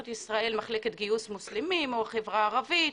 ישראל מחלקת גיוס מוסלמים או חברה ערבית,